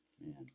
Man